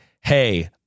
hey